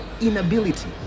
inability